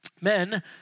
Men